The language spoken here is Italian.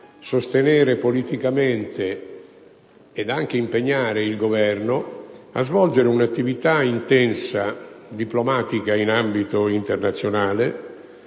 sostenere politicamente ed anche impegnare il Governo a svolgere un'intensa attività diplomatica in ambito internazionale